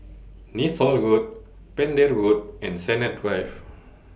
Neythal Road Pender Road and Sennett Drive